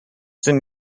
denn